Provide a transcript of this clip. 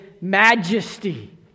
majesty